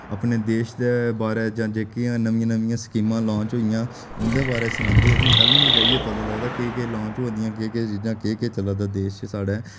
अपने देश दे बारे च जां जेह्कियां नमियां नमियां स्कीमां लंच होई दियां उं'दे बारे च सनांदे असें ई तैह्लूं जाइयै पता लगदा केह् केह् लांच होआ दियां केह् केह् चीजां केह् केह् चलै दा देश च साढ़े